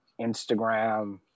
Instagram